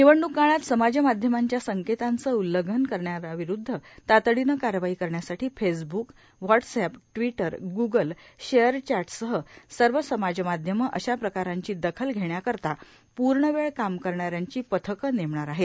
निवडणूक काळात समाजमाध्यमांच्या संकेतांचं उल्लंघन करणाऱ्याविरूद्ध तातडीनं कारवाई करण्यासाठी फेसब्क व्हाट्सअॅप ट्विटर ग्गल शेअरचॅटसह सर्व समाजमाध्यम अशा प्रकारांची दखल घेण्याकरता पूर्णवेळ काम करणाऱ्यांची पथकं नेमणार आहेत